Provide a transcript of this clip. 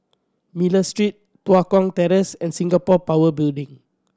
Miller Street Tua Kong Terrace and Singapore Power Building